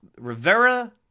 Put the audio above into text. Rivera